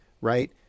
right